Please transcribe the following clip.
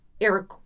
Eric